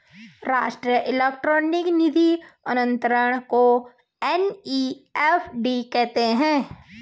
राष्ट्रीय इलेक्ट्रॉनिक निधि अनंतरण को एन.ई.एफ.टी कहते हैं